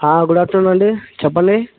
good afternoon అండి చెప్పండి